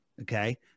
Okay